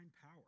power